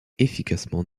efficacement